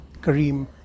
Kareem